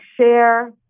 share